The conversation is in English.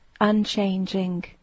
unchanging